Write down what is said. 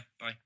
Bye